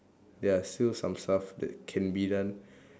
there are still some stuff that can be done